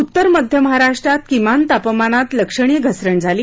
उत्तर मध्य महाराष्ट्रात किमान तापमानात लक्षणीय घसरण झाली